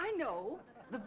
i know the